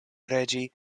preĝi